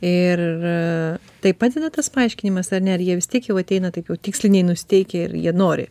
ir tai padeda tas paaiškinimas ar ne ar jie vis tiek jau ateina taip jau tiksliniai nusiteikę ir jie nori